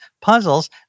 puzzles